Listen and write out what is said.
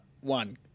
One